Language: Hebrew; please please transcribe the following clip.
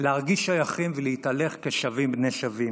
להרגיש שייכים ולהתהלך כשווים בני שווים.